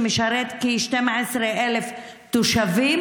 שמשרת כ-12,000 תושבים,